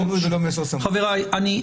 חבריי,